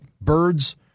birds